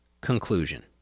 Conclusion